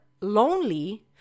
lonely